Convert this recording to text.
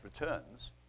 returns